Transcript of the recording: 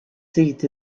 seat